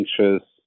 anxious